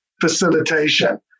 facilitation